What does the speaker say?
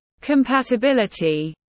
Compatibility